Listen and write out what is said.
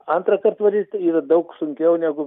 antrąkart valyt yra daug sunkiau negu